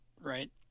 Right